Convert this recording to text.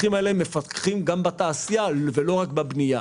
שהמפקחים האלה מפקחים גם בתעשייה, לא רק בבנייה.